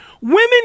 women